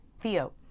Theo